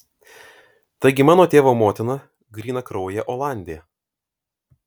taigi mano tėvo motina grynakraujė olandė